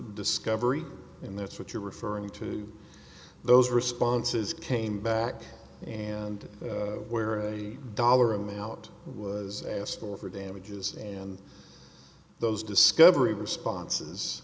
discovery and that's what you're referring to those responses came back and where a dollar amount was asked or for damages and those discovery responses